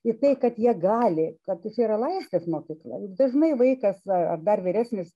į tai kad jie gali kad čia yra laisvės mokykla juk dažnai vaikas ar dar vyresnis